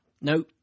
No